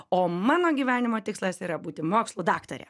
o mano gyvenimo tikslas yra būti mokslų daktare